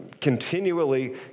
continually